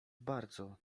bardzo